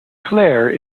claire